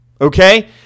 Okay